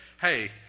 hey